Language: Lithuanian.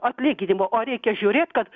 atlyginimo o reikia žiūrėt kad